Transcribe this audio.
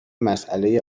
مساله